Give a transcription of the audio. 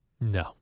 No